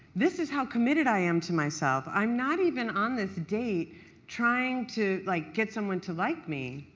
this is how committed i am to myself. i am not even on this date trying to like get someone to like me.